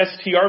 STR